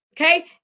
Okay